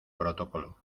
protocolo